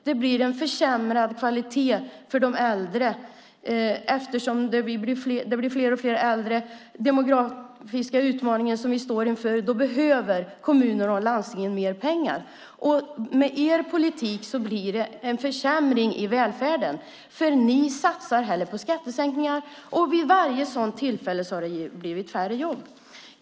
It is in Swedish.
Det blir en försämrad kvalitet för de äldre, eftersom det blir fler och fler äldre. Vi står inför en demografisk utmaning. Då behöver kommunerna och landstingen mer pengar. Med er politik blir det en försämring i välfärden, för ni satsar hellre på skattesänkningar. Vid varje sådant tillfälle har det blivit färre jobb.